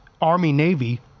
Army-Navy